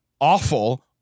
awful